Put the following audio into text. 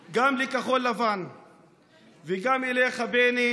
גם לכחול לבן וגם אליך בני,